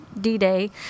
D-Day